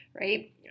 right